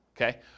okay